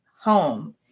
home